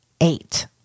eight